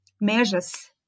measures